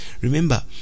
remember